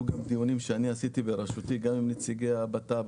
גם דיונים שאני עשיתי גם עם נציגי המשרד לביטחון פנים,